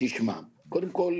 קודם כל,